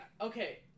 okay